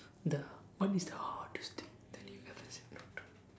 the what is the hardest thing that you ever said no to